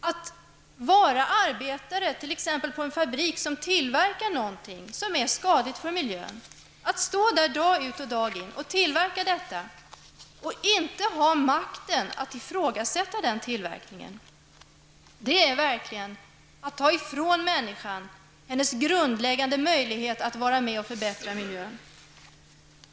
Att vara arbetare, t.ex. på en fabrik där en produkt tillverkas som är skadlig för miljön, och att stå i fabriken dag ut och dag in och tillverka denna produkt utan att ha sådan makt att man kan ifrågasätta tillverkningen, det är verligen detsamma som att ta ifrån människan hennes grundläggande möjligheter att vara med och förbättra miljön.